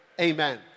amen